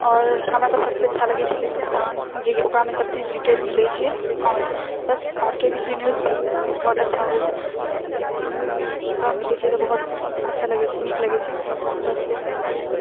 आओर हमरा तऽ सभसँ अच्छा लगै छै हिन्दुस्तान जेकि ओकरामे सभकिछु डिटेलमे दै छै आओर बस आओर केबीसी न्यूज भी बहुत अच्छा होबै छै केबीसी न्यूज भी ओकरामे देखै लए बहुत अच्छा लगै छै नीक लगै छै बस यही सभ